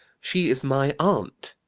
she is my aunt.